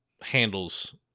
handles